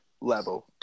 level